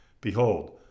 behold